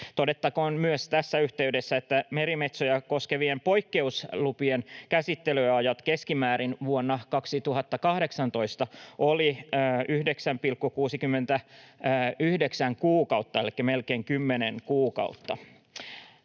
Todettakoon myös tässä yhteydessä, että merimetsoja koskevien poikkeuslupien käsittelyajat vuonna 2018 olivat keskimäärin 9,69 kuukautta elikkä melkein 10 kuukautta.